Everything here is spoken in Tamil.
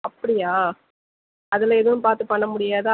அப்படியா அதில் எதுவும் பார்த்து பண்ண முடியாதா